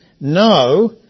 No